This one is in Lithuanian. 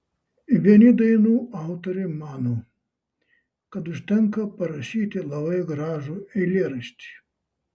vieni dainų autoriai mano kad užtenka parašyti labai gražų eilėraštį